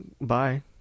bye